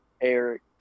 Eric